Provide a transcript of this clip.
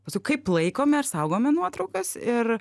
paskui kaip laikome ir saugome nuotraukas ir